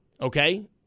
Okay